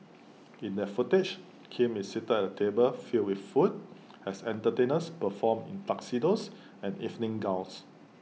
in that footage Kim is seated at A table filled with food as entertainers perform in tuxedos and evening gowns